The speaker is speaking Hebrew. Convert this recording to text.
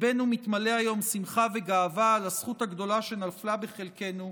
ליבנו מתמלא היום שמחה וגאווה על הזכות הגדולה שנפלה בחלקנו,